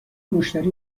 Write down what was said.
مشتری